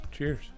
Cheers